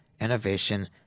Innovation